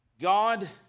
God